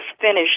finished